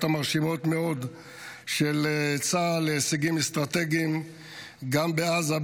המרשימות מאוד של צה"ל להישגים אסטרטגיים גם בעזה,